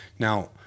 Now